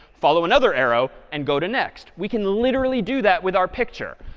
follow another arrow and go to next. we can literally do that with our picture.